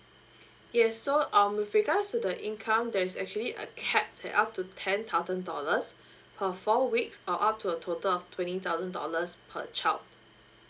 yes so um with regards to the income there's actually a cap that up to ten thousand dollars per four weeks or up to a total of twenty thousand dollars per child